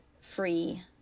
free